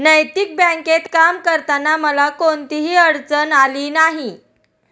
नैतिक बँकेत काम करताना मला कोणतीही अडचण आली नाही